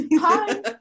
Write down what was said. Hi